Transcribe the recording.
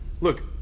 Look